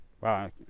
Wow